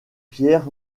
pierre